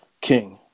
King